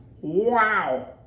Wow